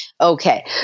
Okay